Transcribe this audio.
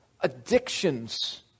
Addictions